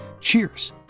Cheers